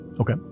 Okay